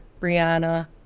Brianna